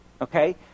Okay